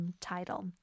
title